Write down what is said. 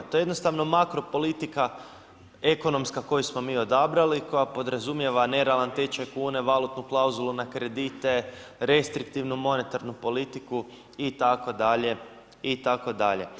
To je jednostavno makro politika ekonomska koju smo mi odabrali, koja podrazumijeva nerealan tečaj kune, valutnu klauzulu na kredite, restriktivnu monetarnu politiku itd. itd.